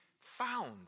found